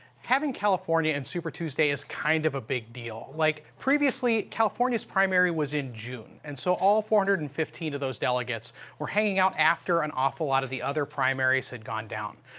having california and super tuesday is kind of a big deal. like previously, california's primary was in june and so all four hundred and fifteen of those delegates were hanging out after an awful lot of the other primaries had gone down.